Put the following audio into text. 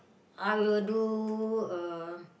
I will do uh